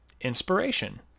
inspiration